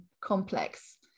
complex